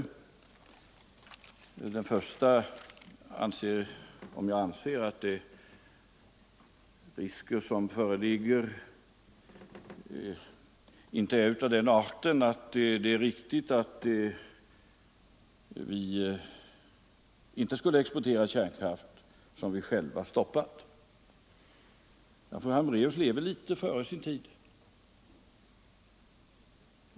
Beträffande den första frågan, om jag anser att de risker som föreligger inte är av den arten att vi bör avstå från att exportera kärnkraftverk som vi själva har stoppat, vill jag säga att fru Hambraeus lever litet före sin tid.